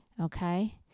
Okay